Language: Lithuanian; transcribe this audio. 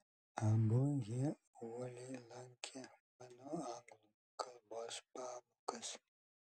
abu jie uoliai lankė mano anglų kalbos pamokas